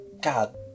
God